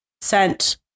sent